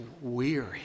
weary